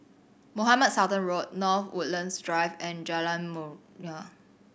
Mohamed Sultan Road North Woodlands Drive and Jalan Mulia